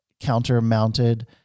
counter-mounted